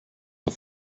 auf